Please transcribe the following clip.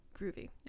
groovy